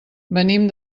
venim